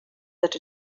that